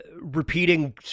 repeating